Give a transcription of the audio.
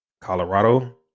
Colorado